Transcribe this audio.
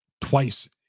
twice